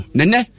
Nene